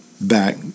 back